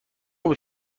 بود